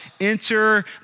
Enter